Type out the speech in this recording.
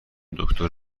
دکتر